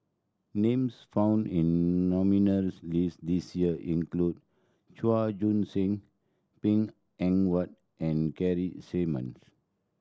names found in nominees' list this year include Chua Joon Sing Png Eng Huat and Keith Simmons